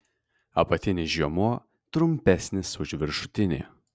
apatinis žiomuo trumpesnis už viršutinį